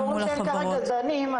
הם אומרים שכרגע אין זנים.